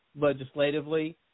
legislatively